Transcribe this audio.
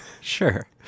Sure